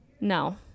no